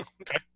Okay